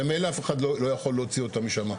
ממילא אף אחד לא יכול להוציא אותם משם.